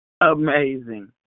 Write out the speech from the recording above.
Amazing